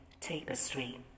tapestry